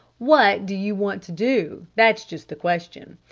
what do you want to do? that's just the question.